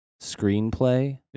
screenplay